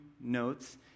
notes